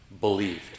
believed